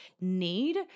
need